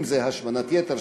אם זו השמנת יתר,